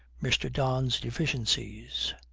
mr. don's deficiencies!